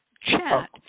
chat